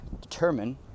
determine